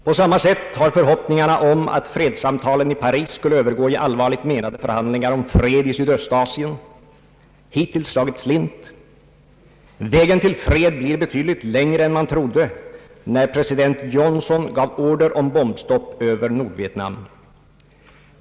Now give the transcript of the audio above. På samma sätt har förhoppningarna om att fredssamtalen i Paris skulle övergå till allvarligt menade förhandlingar om fred i Sydostasien hittills slagit slint. Vägen till fred blir betydligt längre än man trodde när president Johnson gav order om bombstopp över Nordvietnam.